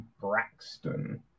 Braxton